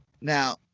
Now